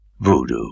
Voodoo